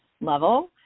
level